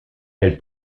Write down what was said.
elle